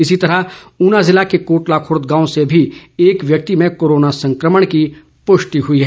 इसी तरह ऊना जिला के कोटला खुर्द गांव से भी एक व्यक्ति में कोरोना संक्रमण की पुष्टि हुई है